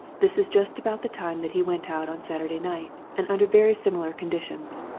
this is just about the time that he went out on saturday night, and under very similar conditions.